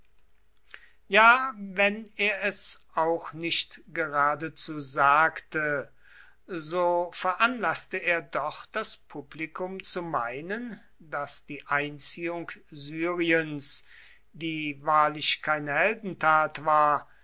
ja wenn er es auch nicht geradezu sagte so veranlaßte er doch das publikum zu meinen daß die einziehung syriens die wahrlich keine heldentat war